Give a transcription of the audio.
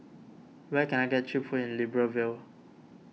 where can I get Cheap Food in Libreville